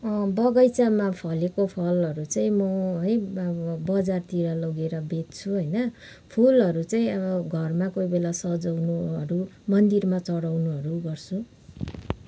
बगैँचामा फलेको फलहरू चाहिँ म है अब बजारतिर लगेर बेच्छु होइन फुलहरू चाहिँ अब घरमा कोही बेला सजाउनुहरू मन्दिरमा चढाउनुहरू गर्छु